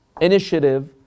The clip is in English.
initiative